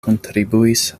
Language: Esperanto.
kontribuis